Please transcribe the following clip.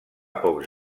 pocs